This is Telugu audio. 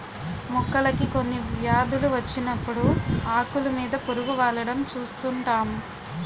మొక్కలకి కొన్ని వ్యాధులు వచ్చినప్పుడు ఆకులు మీద పురుగు వాలడం చూస్తుంటాం